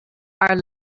our